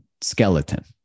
skeleton